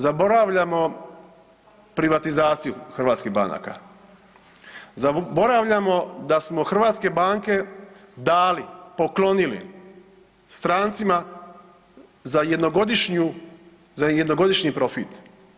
Zaboravljamo privatizaciju hrvatskih banaka, zaboravljamo da smo hrvatske banke dali, poklonili strancima za jednogodišnju, za jednogodišnji profit.